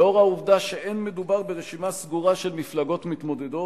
לאור העובדה שאין המדובר ברשימה סגורה של מפלגות מתמודדות,